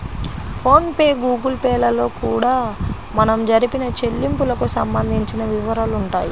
phone pay Google pay లలో కూడా మనం జరిపిన చెల్లింపులకు సంబంధించిన వివరాలుంటాయి